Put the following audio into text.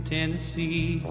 Tennessee